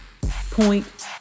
point